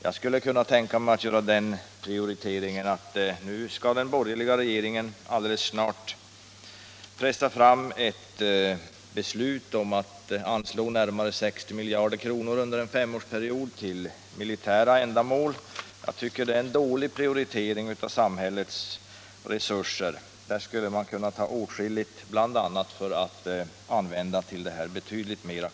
Jag skulle kunna tänka mig att göra en annan prioritering. Nu skall den borgerliga regeringen snart pressa fram ett beslut om att anslå närmare 60 miljarder kronor under en femårsperiod till militära ändamål. Jag tycker det är en dålig prioritering av samhällets resurser. Där skulle man kunna ta åtskilligt, bl.a. för att använda till åtgärder för att sänka hyrorna.